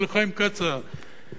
ולחיים כץ המיתולוגי,